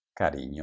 Cariño